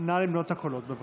נא למנות את הקולות, בבקשה.